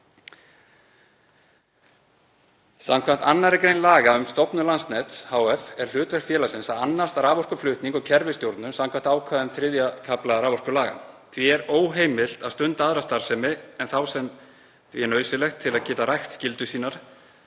Samkvæmt 2. gr. laga um stofnun Landsnets hf. er hlutverk félagsins að annast raforkuflutning og kerfisstjórnun samkvæmt ákvæðum III. kafla raforkulaga. Því er óheimilt að stunda aðra starfsemi en þá sem því er nauðsynleg til að geta rækt skyldur sínar